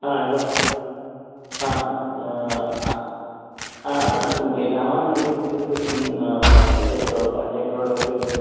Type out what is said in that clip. हां हेलो आं आं हां तुमगे गांवान कितें तरी येजें तळपाचे प्रोडक्ट कितें